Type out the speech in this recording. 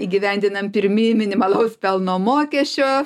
įgyvendinam pirmi minimalaus pelno mokesčio